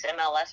MLS